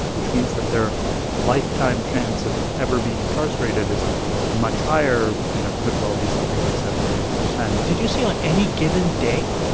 which means that their lifetime chance of ever being incarcerated is much higher, you know, could well be something like seventy or eighty point did you say on any given day?